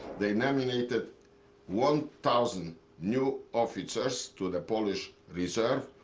they nominated one thousand new officers to the polish reserve.